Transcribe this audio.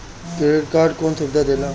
Credit card कौन सुबिधा देला?